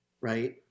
right